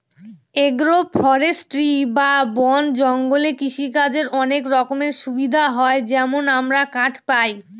agro forestry বা বন জঙ্গলে কৃষিকাজের অনেক রকমের সুবিধা হয় যেমন আমরা কাঠ পায়